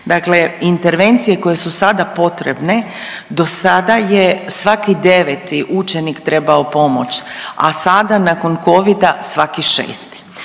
Dakle, intervencije koje su sada potrebne dosada je svaki deveti učenik trebao pomoć, a sada nakon Covida svaki 6.